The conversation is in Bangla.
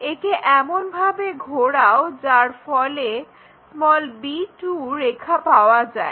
একে এমন ভাবে ঘোরাও যার ফলে b2 রেখা পাওয়া যায়